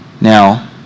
Now